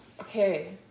okay